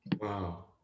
Wow